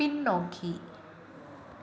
பின்னோக்கி